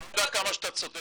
אתה לא יודע כמה שאתה צודק,